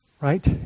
Right